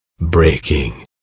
Breaking